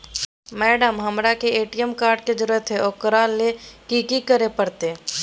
Madam, हमरा के ATM card के जरूरत है ऊकरा ले की की करे परते?